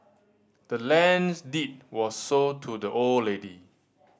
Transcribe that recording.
the land's deed was sold to the old lady